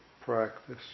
practice